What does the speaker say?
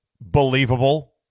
believable